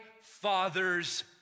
Father's